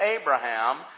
Abraham